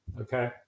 Okay